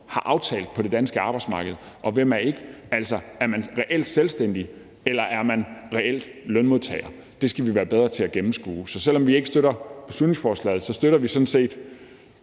har aftalt på det danske arbejdsmarked, og hvem der ikke er omfattet af dem. Altså, om man reelt er selvstændig eller reelt er lønmodtager, skal vi være bedre til at gennemskue. Så selv om vi ikke støtter beslutningsforslaget, støtter vi sådan set